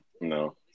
No